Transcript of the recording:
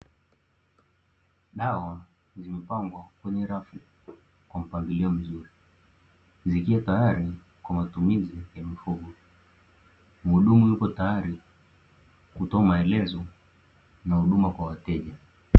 Dawa zimepangwa kwenye rafu kwa mpangilio mzuri, zikiwa tayari kwa matumizi ya mifugo. Mhudumu yupo tayari, kutoa maelezo na huduma kwa wateja.